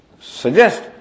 suggest